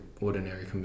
ordinary